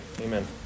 Amen